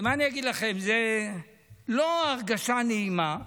מה אני אגיד לכם, זו לא הרגשה נעימה.